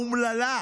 האומללה,